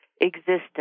existence